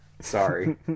Sorry